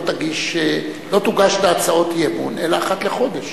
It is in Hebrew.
תוגשנה הצעות אי-אמון אלא אחת לחודש.